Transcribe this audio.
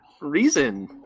reason